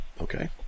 okay